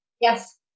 Yes